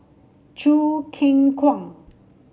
Choo Keng Kwang